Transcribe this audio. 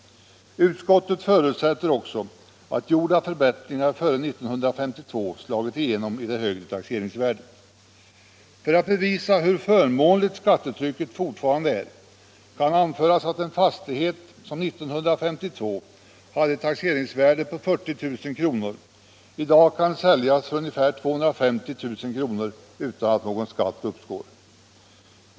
Utskottet förutsätter också att gjorda förbättringar före 1952 slagit igenom i ett högre taxeringsvärde. För att belysa hur förmånligt skattetrycket fortfarande är kan anföras att en fastighet som 1952 hade ett taxeringsvärde på 40 000 kr. i dag kan säljas för ungefär 250 000 kr. utan att någon skatt uppstår.